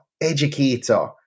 educator